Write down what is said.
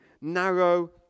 narrow